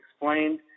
explained